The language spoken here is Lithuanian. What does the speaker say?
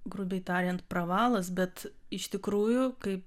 grubiai tariant pravalas bet iš tikrųjų kai